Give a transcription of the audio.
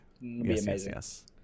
Yes